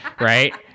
Right